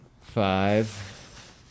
five